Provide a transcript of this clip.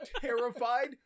terrified